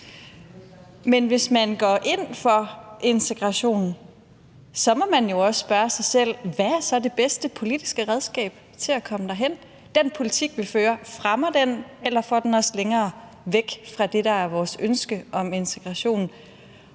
Men hvis man går ind for integration, må man jo også spørge sig selv, hvad der så er det bedste politiske redskab til at komme derhen, og om den politik, som vi fører, fremmer eller får os længere væk fra det, der er vores ønske om integration.